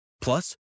Plus